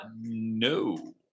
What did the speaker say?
No